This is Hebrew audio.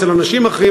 אצל אנשים אחרים,